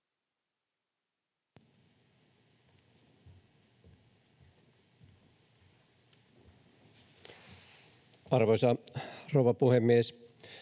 Arvoisa rouva puhemies!